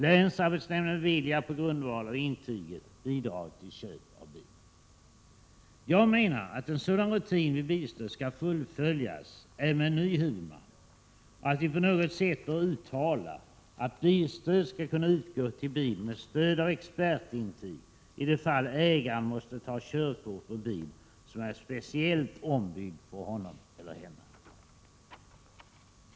Länsarbetsnämnden beviljar på grundval av intyget bidrag till köp av bil. Jag menar att en sådan rutin vid bilstöd skall fullföljas även med en ny huvudman, och att vi på något sätt bör uttala att med stöd av expertintyg skall bilstöd kunna utgå i de fall ägaren måste ta körkort för bil som är speciellt ombyggd för honom eller henne.